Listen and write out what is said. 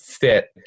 fit